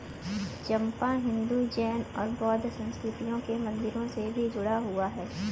चंपा हिंदू, जैन और बौद्ध संस्कृतियों के मंदिरों से भी जुड़ा हुआ है